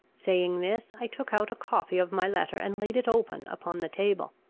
saying this, i took out a copy of my letter, and laid it open upon the table.